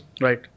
Right